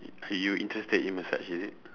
yo~ you interested in massage is it